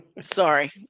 sorry